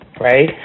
right